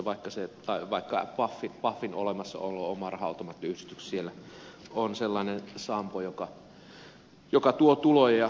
vaikka pafin olemassaolo oma raha automaattiyhdistys siellä on sellainen sampo joka tuo tuloja